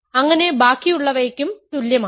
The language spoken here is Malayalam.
അങ്ങനെ ബാക്കിയുള്ളവയ്ക്കും തുല്യമാണ്